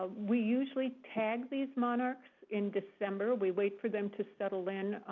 we usually tag these monarchs in december. we wait for them to settle in,